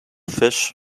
fish